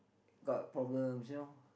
got a problem you know